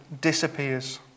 disappears